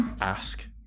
ask